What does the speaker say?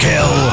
Kill